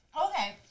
okay